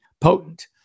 potent